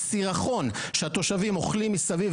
הסירחון שהתושבים אוכלים מסביב,